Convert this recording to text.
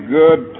good